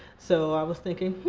so i was thinking